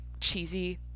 cheesy